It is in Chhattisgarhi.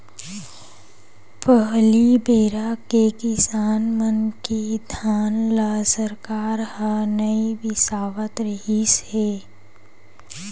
पहली बेरा के किसान मन के धान ल सरकार ह नइ बिसावत रिहिस हे